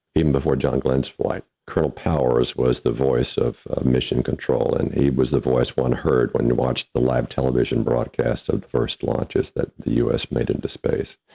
even before john glenn's flight, colonel powers was the voice of mission control and he was the voice one heard when you watch the live television broadcast of the first launches that the us made it to space.